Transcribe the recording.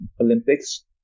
Olympics